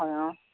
হয় অ